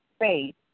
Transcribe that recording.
faith